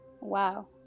Wow